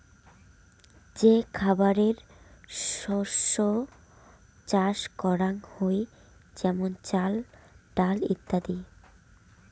যে খাবারের শস্য চাষ করাঙ হই যেমন চাল, ডাল ইত্যাদি